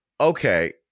okay